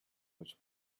which